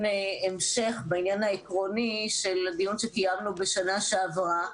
המשך בעניין העקרוני של הדיון שקיימנו בשנה שעברה,